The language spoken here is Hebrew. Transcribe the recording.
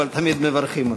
אבל תמיד מברכים.